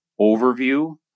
overview